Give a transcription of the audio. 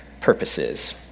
purposes